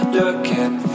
looking